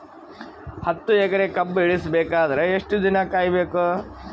ಹತ್ತು ಎಕರೆ ಕಬ್ಬ ಇಳಿಸ ಬೇಕಾದರ ಎಷ್ಟು ದಿನ ಕಾಯಿ ಬೇಕು?